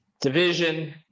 Division